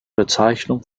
bezeichnung